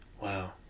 Wow